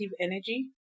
energy